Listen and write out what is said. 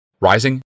Rising